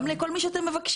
גם לכל מי שאתם מבקשים.